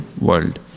world